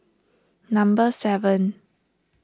number seven